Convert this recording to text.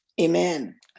Amen